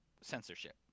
censorship